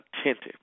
attentive